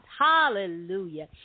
Hallelujah